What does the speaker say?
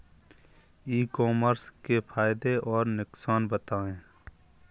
ई commerce के फायदे और नुकसान बताएँ?